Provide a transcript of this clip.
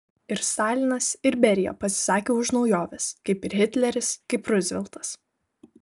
ir stalinas ir berija pasisakė už naujoves kaip ir hitleris kaip ruzveltas